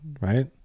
right